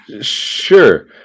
Sure